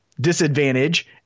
disadvantage